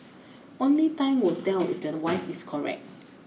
only time will tell if that the wife is correct